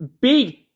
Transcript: big